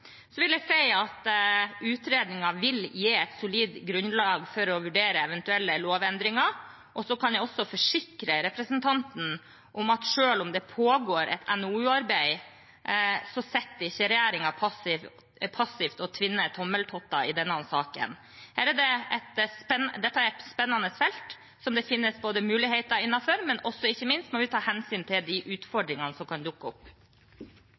Så vil jeg si at utredningen vil gi et solid grunnlag for å vurdere eventuelle lovendringer, og jeg kan forsikre representanten om at selv om det pågår et NOU-arbeid, sitter ikke er regjeringen passivt og tvinner tommeltotter i denne saken. Dette er et spennende felt, som det finnes muligheter innenfor, men ikke minst må vi ta hensyn til de utfordringene som kan dukke opp.